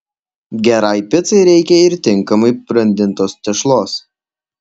gerai picai reikia ir tinkamai brandintos tešlos